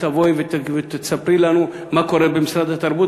את תבואי ותספרי לנו מה קורה במשרד התרבות,